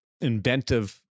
inventive